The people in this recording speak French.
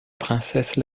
princesse